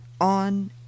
on